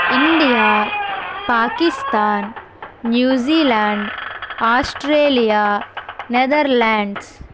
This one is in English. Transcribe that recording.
India Pakistan New Zealand Australia Netherlands